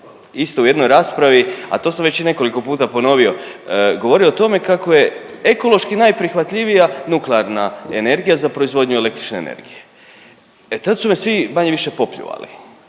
isto u jednoj raspravi, a to sam već i nekoliko puta ponovio, govorio o tome kako je ekološki najprihvatljivija nuklearna energija za proizvodnju električne energije. E tad su me svi manje-više popljuvali